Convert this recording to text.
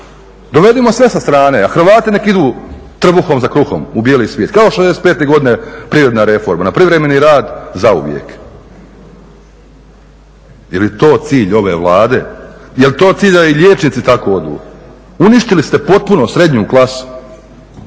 dovedimo sve sa strane, a Hrvati nek idu trbuhom za kruhom u bijeli svijet kao '65. godine privremena reforma. Na privremeni rad zauvijek. Je li to cilj ove Vlade? Je li to cilj da i liječnici tako odu? Uništili ste potpuno srednju klasu